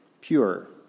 Pure